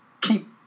keep